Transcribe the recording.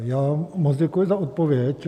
Já moc děkuji za odpověď.